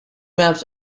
maps